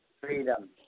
Freedom